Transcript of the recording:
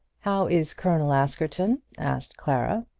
how is colonel askerton? asked clara.